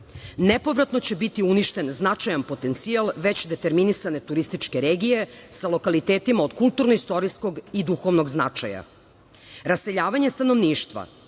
Nepovratno će biti uništen značajan potencijal već determinisane turističke regije sa lokalitetima od kulturno-istorijskog i duhovnog značaja. Raseljavanje stanovništva,